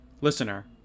Listener